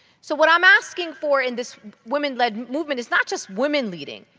so what i am asking for in this women led movement is not just women leading.